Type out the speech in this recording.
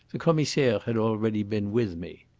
the commissaire had already been with me.